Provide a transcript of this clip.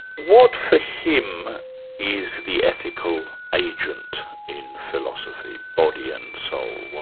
what for him is the ethical agent in philosophy, body and soul,